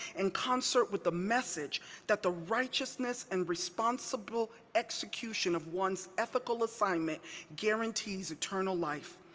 in concert with the message that the righteousness and responsibile execution of one's ethical assignment guarantees eternal life,